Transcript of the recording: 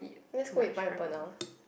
let's go eat pineapple now